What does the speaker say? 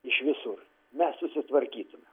iš visur mes susitvarkytume